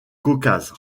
caucase